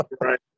Right